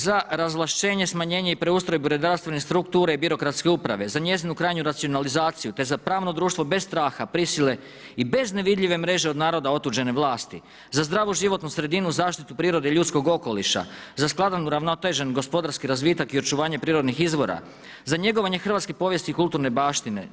Za razvlaštenje, smanjenje i preustroj … struktura i birokratske uprave, za njezinu krajnju racionalizaciju te za pravno društvo bez straha, prisile i bez nevidljive mreže od naroda otuđene vlasti, za zdravu životnu sredinu, zaštitu prirode i ljudskog okoliša, za skladan, uravnotežen gospodarski razvitak i očuvanje prirodnih izvora, za njegovanje hrvatske povijesti i kulturne baštine.